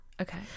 okay